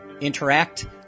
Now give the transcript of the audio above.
interact